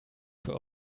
für